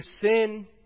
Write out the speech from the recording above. sin